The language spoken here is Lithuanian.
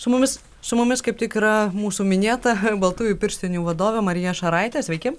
su mumis su mumis kaip tik yra mūsų minėta baltųjų pirštinių vadovė marija šaraitė sveiki